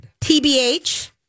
TBH